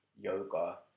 yoga